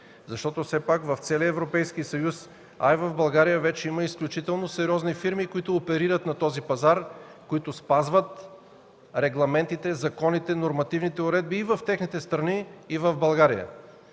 Защото все пак в целия Европейски съюз, а и в България вече има изключително сериозни фирми, които оперират на този пазар, които спазват регламентите, законите и нормативните уредби и в техните страни, и в България.